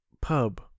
pub